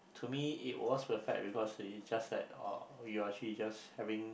to me it was the fact because just that oh you are actually just having